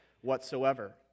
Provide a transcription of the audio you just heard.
whatsoever